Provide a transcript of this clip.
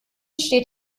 steht